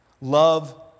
Love